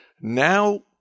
Now